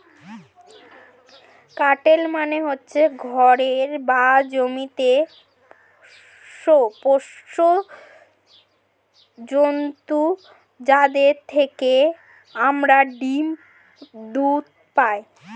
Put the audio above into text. cattle মানে হচ্ছে ঘরে বা জমিতে পোষ্য জন্তু যাদের থেকে আমরা ডিম, দুধ পাই